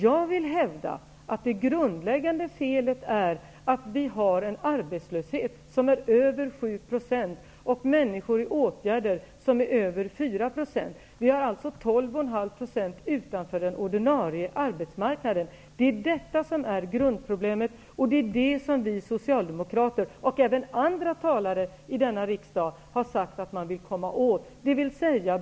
Jag hävdar att det grundläggande felet är att vi har en arbetslöshet som är över 7 % och att vi har människor i s.k. åtgärder som är över 4 %. Vi har alltså 12,5 % människor utanför den ordinarie arbetsmarknaden. Detta är grundproblemet, och det har vi Socialdemokrater och även talare från andra partier i denna riksdag sagt att vi vill komma åt.